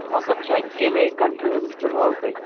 مطلب یہِ چھےٚ ییٚمے کَنٹری ہُنٛد کِنہٕ اورکُے